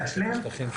להשלים,